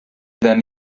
than